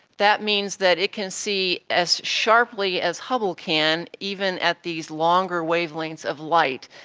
that means that it can see as sharply as hubble can, even at these longer wavelengths of light.